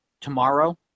tomorrow